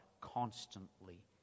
constantly